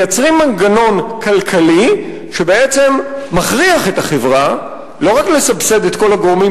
מייצרים מנגנון כלכלי שבעצם מכריח את החברה לא רק לסבסד את כל הגורמים